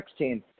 2016